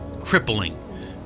crippling